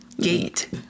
gate